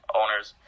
owners